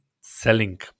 selling